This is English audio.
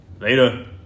Later